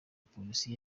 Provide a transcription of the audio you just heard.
polisi